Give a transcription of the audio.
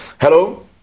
hello